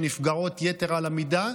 שנפגעות יתר על המידה,